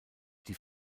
die